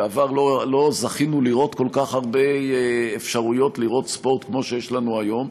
בעבר לא זכינו לכל כך הרבה אפשרויות לראות ספורט כמו שיש לנו היום.